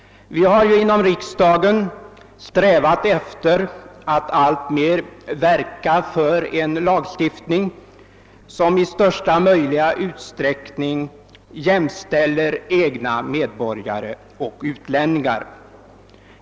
Vi har ju inom riksdagen strävat ef ter att alltmer verka för en lagstiftning, som i största möjliga utsträckning jämställer egna medborgare och utlänningar.